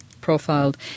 profiled